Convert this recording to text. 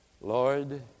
Lord